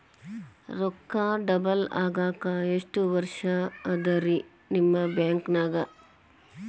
ರೊಕ್ಕ ಡಬಲ್ ಆಗಾಕ ಎಷ್ಟ ವರ್ಷಾ ಅದ ರಿ ನಿಮ್ಮ ಬ್ಯಾಂಕಿನ್ಯಾಗ?